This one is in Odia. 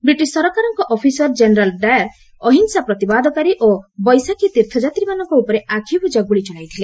ବ୍ରିଟିଶ ସରକାରଙ୍କ ଅଫିସର ଜେନେରାଲ ଡାୟାର ଅହିଂସା ପ୍ରତିବାଦକାରୀ ଓ ବୈଶାଖୀ ତୀର୍ଥଯାତ୍ରୀ ମାନଙ୍କ ଉପରେ ଆଖିବୁଜା ଗୁଳି ଚଳାଇଥିଲେ